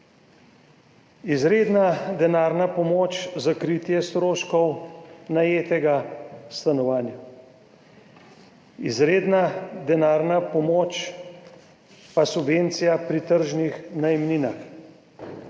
izredna denarna pomoč za kritje stroškov najetega stanovanja, izredna denarna pomoč pa subvencija pri tržnih najemninah,